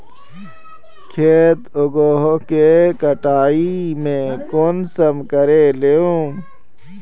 खेत उगोहो के कटाई में कुंसम करे लेमु?